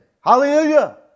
Hallelujah